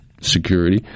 security